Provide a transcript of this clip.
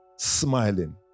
smiling